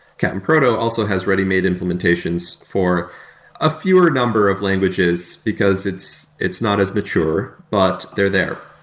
cap'n proto also has ready-made implementations for a fewer number of languages, because it's it's not as mature, but they're there.